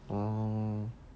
oh